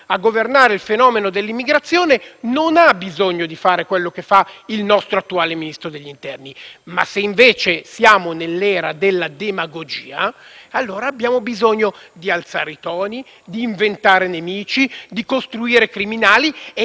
se, invece, siamo nell'era della demagogia, allora abbiamo bisogno di alzare i toni, di inventare nemici, di costruire criminali e di dimostrarci eroi che combattono contro il drago che non c'è, inventandosene uno